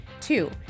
Two